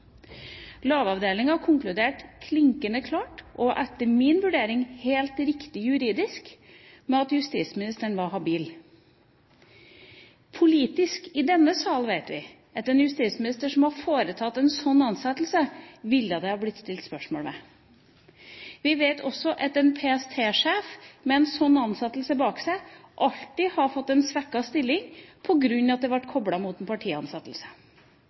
konkluderte klinkende klart, og etter min vurdering helt riktig juridisk, med at justisministeren var habil. Politisk i denne salen vet vi at det ville blitt stilt spørsmål ved en justisminister som hadde foretatt en slik ansettelse. Vi vet også at en PST-sjef med en slik ansettelse bak seg alltid hadde fått svekket sin stilling på grunn av at det hadde blitt koblet mot en partiansettelse.